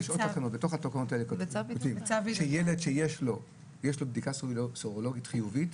בתוך התקנות האלה נאמר שילד שיש לו בדיקה סרולוגית חיובית,